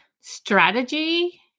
strategy